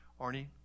Arnie